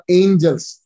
angels